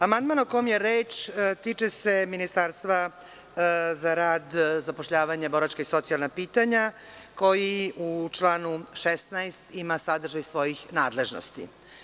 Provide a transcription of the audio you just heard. Amandman o kome je reč tiče se Ministarstva za rad, zapošljavanje, boračka i socijalna pitanja, koji u članu 16. ima sadržaj svojih nadležnosti.